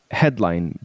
headline